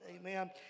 Amen